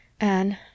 Anne—